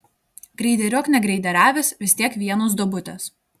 greideriuok negreideriavęs vis tiek vienos duobutės